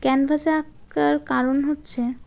ক্যানভাসে আঁকার কারণ হচ্ছে